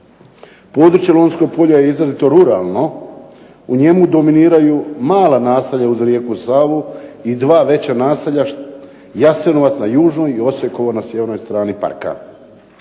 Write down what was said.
Područje Lonjskog polja je izrazito ruralno. U njemu dominiraju mala naselja uz rijeku Savu i dva veća naselja, Jasenovac na južnoj i Osekovo na sjevernoj strani parka.